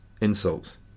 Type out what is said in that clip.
insults